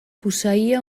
posseïa